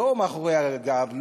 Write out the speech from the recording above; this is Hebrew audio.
לא מאחורי הגב,